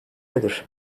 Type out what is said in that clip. nedir